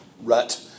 rut